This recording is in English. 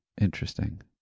Interesting